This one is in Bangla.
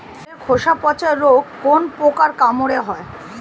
ফলের খোসা পচা রোগ কোন পোকার কামড়ে হয়?